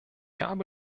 habe